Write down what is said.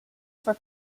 for